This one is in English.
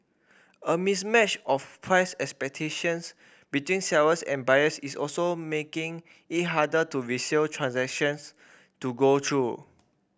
a mismatch of price expectations between sellers and buyers is also making it harder to resale transactions to go through